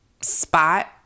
spot